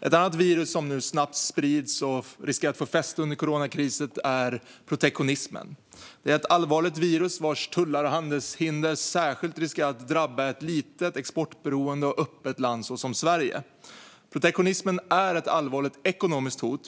Ett annat virus som nu snabbt sprids och riskerar att få fäste under coronakrisen är protektionismen. Det är ett allvarligt virus, vars tullar och handelshinder särskilt riskerar att drabba ett litet exportberoende och öppet land som Sverige. Protektionismen är ett allvarligt ekonomiskt hot.